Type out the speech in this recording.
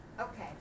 okay